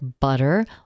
butter